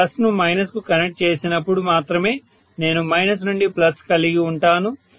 నేను ప్లస్ను మైనస్కు కనెక్ట్ చేసినప్పుడు మాత్రమే నేను మైనస్ నుండి ప్లస్ కలిగి వుంటాను